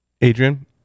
Adrian